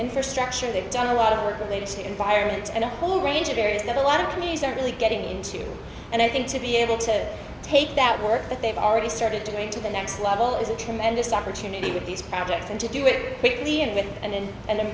infrastructure they've done a lot of work related to environment and a whole range of areas that a lot of companies are really getting into and i think to be able to take that work that they've already started to get to the next level is a tremendous opportunity with these projects and to do it quickly and with and and then